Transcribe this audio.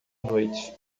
noite